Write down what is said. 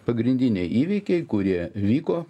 pagrindiniai įvykiai kurie vyko